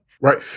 Right